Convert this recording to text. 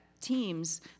teams